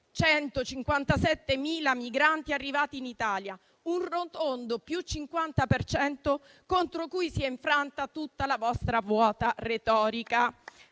157.000 migranti arrivati in Italia, un rotondo più 50 per cento contro cui si è infranta tutta la vostra vuota retorica.